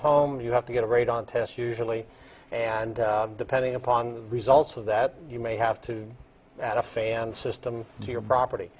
home you have to get a rate on test usually and depending upon results of that you may have to add a fan system to your property